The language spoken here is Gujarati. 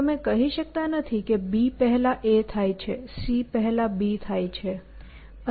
તમે કહી શકતા નથી કે B પહેલા A થાય છે C પહેલા B થાય છે અને A પહેલા C થાય છે